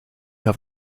have